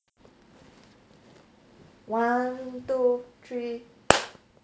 one two three